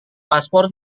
paspor